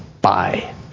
Bye